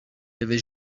avait